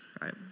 right